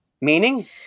Meaning